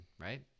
right